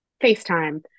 FaceTime